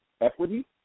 equity